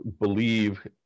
believe